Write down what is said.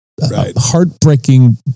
Heartbreaking